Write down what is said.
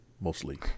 mostly